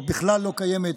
או בכלל לא קיימת